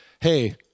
hey